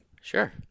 Sure